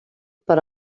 per